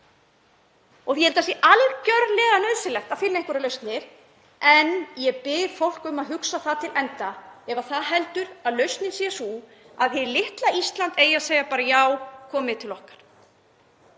Ég held að það sé algerlega nauðsynlegt að finna einhverjar lausnir, en ég bið fólk um að hugsa það til enda ef það heldur að lausnin sé sú að hið litla Ísland eigi að segja: Já, komið til okkar.